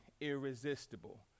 irresistible